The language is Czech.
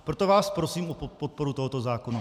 Proto vás prosím o podporu tohoto zákona.